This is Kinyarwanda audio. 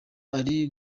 ari